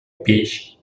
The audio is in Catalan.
peix